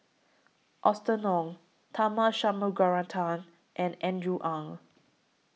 Austen Ong Tharman Shanmugaratnam and Andrew Ang